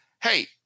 hey